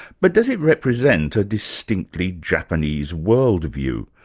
but does it represent a distinctly japanese world view?